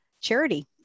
charity